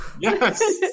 Yes